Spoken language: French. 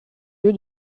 lieu